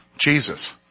Jesus